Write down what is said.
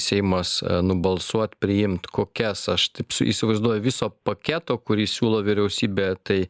seimas nubalsuot priimt kokias aš taip įsivaizduoju viso paketo kurį siūlo vyriausybė tai